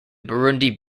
burundi